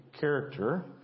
character